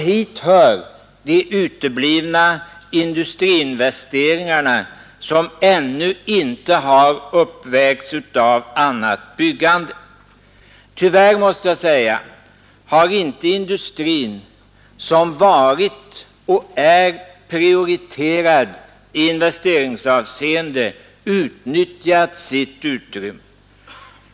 Hit hör de uteblivna industriinvesteringarna som ännu inte uppvägts av annat byggande. Tyvärr, måste jag säga, har inte industrin — som varit och är prioriterad i investeringsavseende — utnyttjat sitt utrymme.